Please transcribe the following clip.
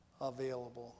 available